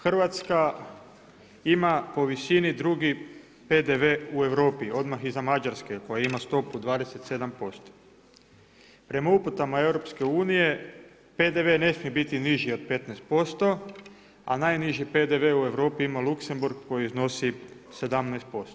Hrvatska ima po visini po visini drugi PDV u Europi odmah iza Mađarske koja ima stopu 27%. prema uputama EU PDV ne smije biti niži od 15%, a najniži PDV u Europi ima Luxemburg koji iznosi 17%